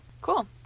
Cool